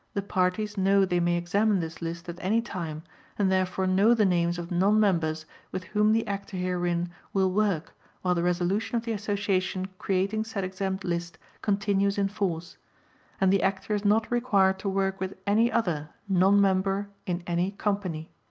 the parties know they may examine this list at any time and therefore know the names of non-members with whom the actor herein will work while the resolution of the association creating said exempt list continues in force and the actor is not required to work with any other non-member in any company.